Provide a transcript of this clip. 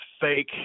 fake